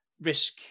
risk